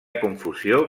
confusió